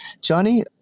Johnny